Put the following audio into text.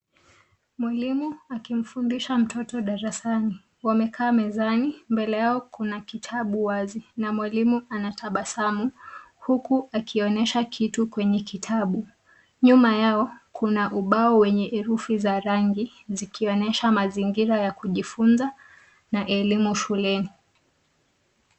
Mwalimu akimfundisha mtoto darasani. Wamekaa mezani mbele yake kuna kitabu wazi na mwalimu anatabasamu, huku akionyesha kitu kwenye kitabu. Nyuma yao kuna ubao wenye herufi za rangi zikionesha Mazingira ya kujifunza na elimu shuleni.